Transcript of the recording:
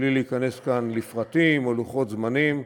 בלי להיכנס כאן לפרטים או לוחות זמנים,